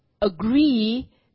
agree